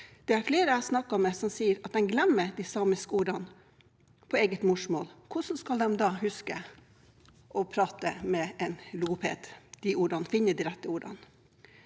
Det er flere jeg har snakket med, som sier at de glemmer de samiske ordene på eget morsmål. Hvordan skal de da huske og finne de rette ordene